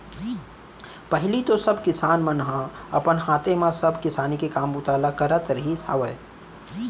पहिली तो सब किसान मन ह अपन हाथे म सब किसानी के काम बूता ल करत रिहिस हवय